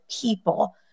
people